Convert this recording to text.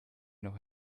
noch